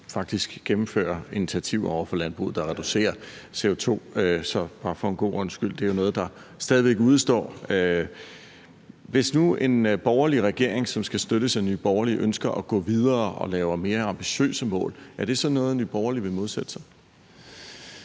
der gennemfører initiativer over for landbruget, der reducerer CO2. Det er noget, der stadig udestår. Hvis nu en borgerlig regering, som skal støttes af Nye Borgerlige, ønsker at gå videre og sætter mere ambitiøse mål, er det så noget, Nye Borgerlige vil modsætte sig?